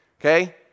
okay